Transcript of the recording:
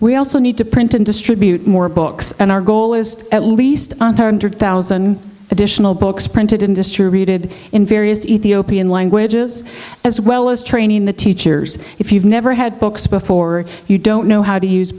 we also need to print and distribute more books and our goal is at least one hundred thousand additional books printed and distributed in various ethiopian languages as well as training the teachers if you've never had books before you don't know how to use